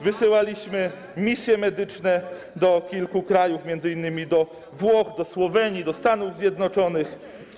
Wysyłaliśmy misje medyczne do kilku krajów, m.in. do Włoch, Słowenii, Stanów Zjednoczonych.